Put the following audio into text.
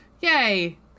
yay